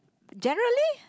generally